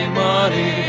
money